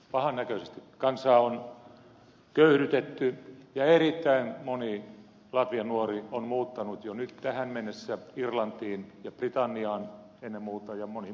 pahan näköisesti kansaa on köyhdytetty ja erittäin moni latvian nuori on muuttanut jo nyt tähän mennessä irlantiin ja britanniaan ennen muuta ja moniin muihinkin maihin